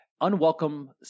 unwelcome